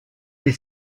les